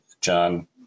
john